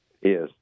Yes